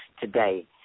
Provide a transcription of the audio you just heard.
Today